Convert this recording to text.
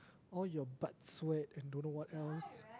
all your butt sweat and don't know what else